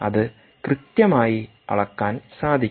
അത് കൃത്യമായി അളക്കാൻ സാധിക്കും